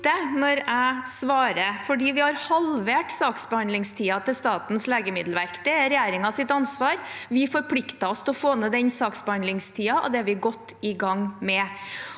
Vi har halvert saksbehandlingstiden til Statens legemiddelverk. Det er regjeringens ansvar. Vi forpliktet oss til å få ned saksbehandlingstiden, og det er vi godt i gang med.